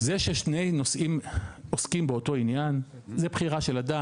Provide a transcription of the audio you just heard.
זה ששני נושאים עוסקים באותו עניין זה בחירה של אדם,